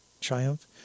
triumph